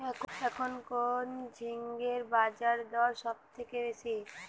এখন কোন ঝিঙ্গের বাজারদর সবথেকে বেশি?